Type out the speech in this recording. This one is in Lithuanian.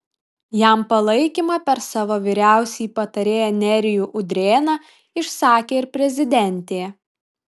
jam palaikymą per savo vyriausiąjį patarėją nerijų udrėną išsakė ir prezidentė